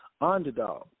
Underdog